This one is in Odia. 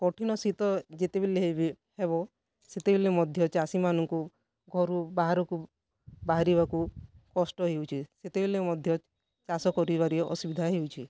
କଠିନ ଶୀତ ଯେତେବେଲେ ବି ହେବ ସେତେବେଲେ ମଧ୍ୟ ଚାଷୀମାନଙ୍କୁ ଘରୁ ବାହାରକୁ ବାହାରିବାକୁ କଷ୍ଟ ହେଉଛି ସେତେବେଲେ ମଧ୍ୟ ଚାଷ କରିବାରେ ଅସୁବିଧା ହେଉଛି